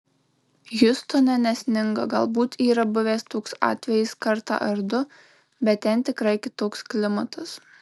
hjustone nesninga galbūt yra buvęs toks atvejis kartą ar du bet ten tikrai kitoks klimatas